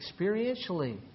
Experientially